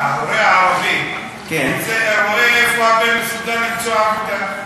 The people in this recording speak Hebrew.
ההורה הערבי רואה איפה הבן מסוגל למצוא עבודה.